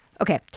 Okay